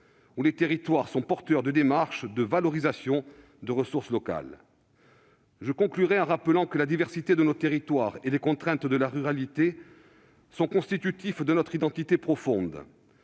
les territoires sont porteurs de démarches de valorisation des ressources locales. Je conclurai en rappelant que la diversité de nos territoires et les contraintes de la ruralité sont constitutives de notre identité profonde.